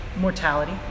mortality